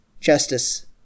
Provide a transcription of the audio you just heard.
justice